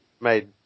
made